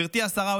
גברתי השרה,